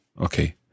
Okay